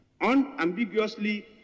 unambiguously